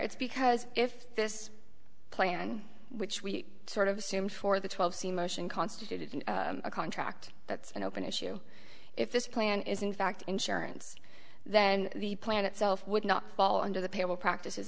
it's because if this plan which we sort of assumed for the twelve c motion constituted a contract that's an open issue if this plan is in fact insurance then the plan itself would not fall under the payable practices